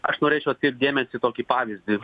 aš norėčiau atkreipt dėmesį į tokį pavyzdį